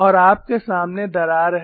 और आपके सामने दरार है